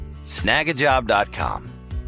snagajob.com